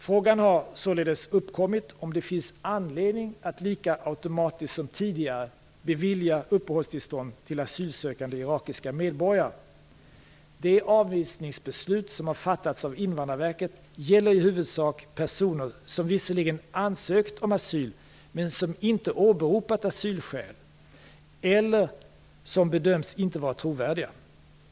Frågan har således uppkommit om det finns anledning att lika automatiskt som tidigare bevilja uppehållstillstånd till asylsökande irakiska medborgare. De avvisningsbeslut som har fattats av Invandrarverket gäller i huvudsak personer som visserligen ansökt om asyl men som inte åberopat asylskäl eller som bedömts inte vara trovärdiga.